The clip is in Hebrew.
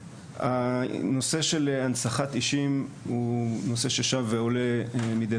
הנושא של הנצחת אישים הוא נושא ששב ועולה מידי